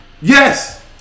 Yes